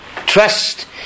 Trust